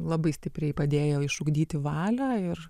labai stipriai padėjo išugdyti valią ir